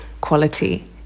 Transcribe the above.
quality